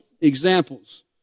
examples